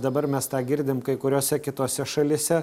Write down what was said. dabar mes tą girdim kai kuriose kitose šalyse